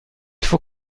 faut